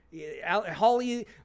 Holly